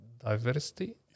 diversity